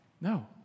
No